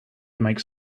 makes